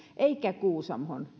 eikä kuusamossa